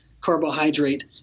carbohydrate